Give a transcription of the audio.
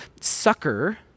sucker